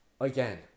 again